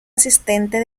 asistente